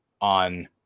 on